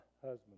husband